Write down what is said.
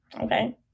Okay